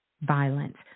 violence